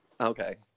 Okay